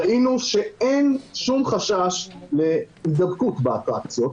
ראינו שאין שום חשש להידבקות באטרקציות,